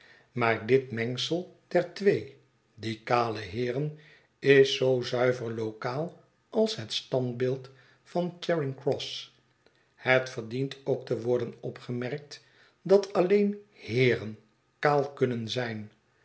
maar dit mengsel der twee die kale heeren is zoo zuiver locaal als het standbeeld van charingcross het verdient ook te worden opgemerkt dat alieen heeren kaal kunnen zljn